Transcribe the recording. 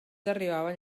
arribaven